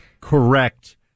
correct